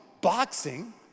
boxing